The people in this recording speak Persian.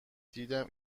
دیدیم